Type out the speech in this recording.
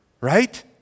right